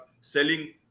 selling